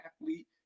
athlete